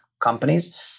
companies